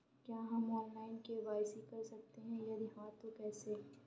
क्या हम online KYC कर सकते हैं यदि हाँ तो कैसे?